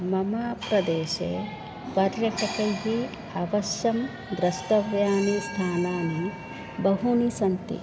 मम प्रदेशे पर्यटकैः अवश्यं द्रस्टव्यानि स्थानानि बहूनि सन्ति